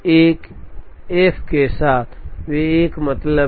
या एक एफ के साथ वे एक ही मतलब है